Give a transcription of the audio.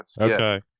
Okay